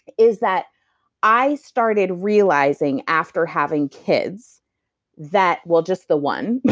is that i started realizing after having kids that. well, just the one,